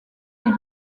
les